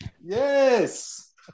yes